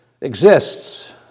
exists